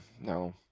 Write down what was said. no